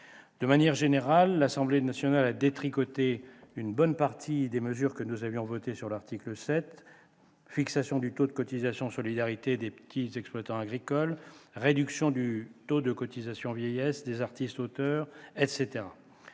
De manière générale, l'Assemblée nationale a détricoté une bonne partie des mesures que nous avions votées à l'article 7 : fixation du taux de cotisation de solidarité des petits exploitants agricoles, réduction du taux de cotisation vieillesse des artistes-auteurs, etc.